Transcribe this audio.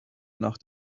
nach